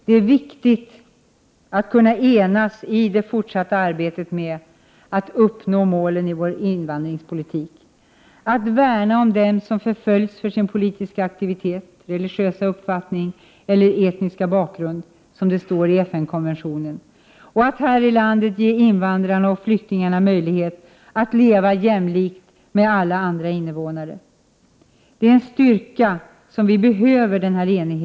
Det är viktigt att kunna enas i det fortsatta arbetet med att uppnå målen i vår invandringspolitik: att värna om dem som förföljs för sin politiska aktivitet, religiösa uppfattning eller etniska bakgrund, som det står i FN-konventionen, och att här i landet ge invandrarna och flyktingarna möjlighet att leva jämlikt med alla andra invånare. Denna enighet är en styrka som vi behöver när avoghet mot det p Prot.